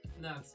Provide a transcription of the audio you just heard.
No